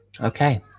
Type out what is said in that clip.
okay